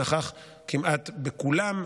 שנכח כמעט בכולם.